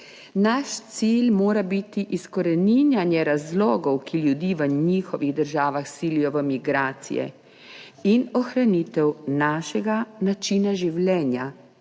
Naš cilj mora biti izkoreninjanje razlogov, ki ljudi v njihovih državah silijo v migracije in ohranitev našega načina življenja,